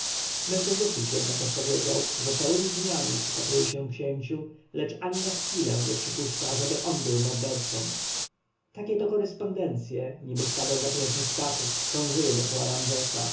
mentezufis jednak odpowiedział że całemi dniami przypatruje się księciu lecz ani na chwilę nie przypuszcza ażeby on był mordercą takie to korespondencje niby stado drapieżnych ptaków krążyły dokoła ramzesa